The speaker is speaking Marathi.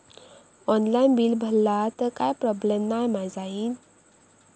ऑनलाइन बिल भरला तर काय प्रोब्लेम नाय मा जाईनत?